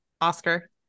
Oscar